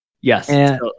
Yes